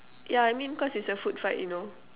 yeah I mean cause it's a food fight you know